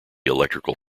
electrical